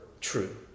true